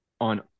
on